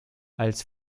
als